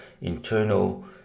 internal